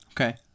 Okay